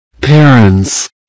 parents